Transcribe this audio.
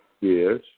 Yes